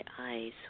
eyes